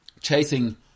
chasing